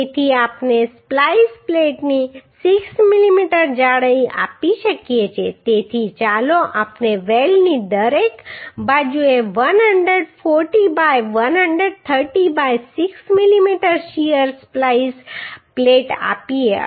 તેથી આપણે સ્પ્લાઈસ પ્લેટની 6 મીમી જાડાઈ આપી શકીએ છીએ તેથી ચાલો આપણે વેલ્ડની દરેક બાજુએ 140 બાય 130 બાય 6 મીમી શીયર સ્પ્લાઈસ પ્લેટ આપીએ